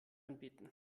anbieten